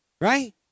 right